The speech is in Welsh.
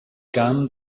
gan